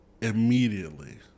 immediately